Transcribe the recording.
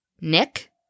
nick